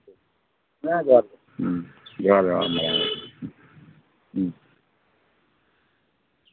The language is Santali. ᱦᱮᱸ ᱫᱚᱦᱟᱨ ᱜᱮ ᱦᱩᱸ ᱡᱚᱦᱟᱨ ᱡᱚᱦᱟᱨ ᱡᱚᱦᱟᱨ ᱜᱮ ᱦᱩᱸ